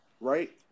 Right